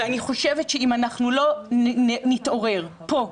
ואני חושבת שאם אנחנו לא נתעורר פה,